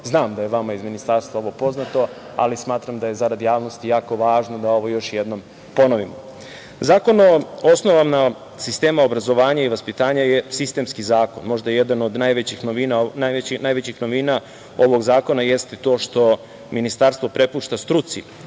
znam da je vama iz Ministarstva ovo poznato, ali smatram da je za rad javnosti jako važno da ovo još jednom ponovimo. Zakon o osnovama sistema obrazovanja i vaspitanja je sistemski zakon, možda jedan od najvećih novina ovog zakona jeste to što Ministarstvo prepušta struci